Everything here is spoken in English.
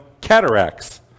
cataracts